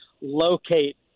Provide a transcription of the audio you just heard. locate